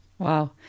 Wow